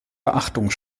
beachtung